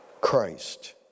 Christ